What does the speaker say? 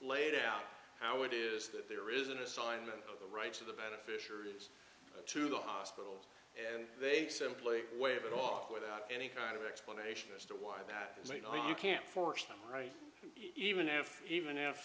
laid out how it is that there is an assignment of the rights of the beneficiaries to the hospital and they simply waive it off without any kind of explanation as to why that was you know you can't force them right even if even if